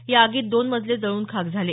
या आगीत दोन मजले जळून खाक झाले